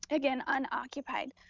again, unoccupied.